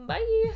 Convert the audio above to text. Bye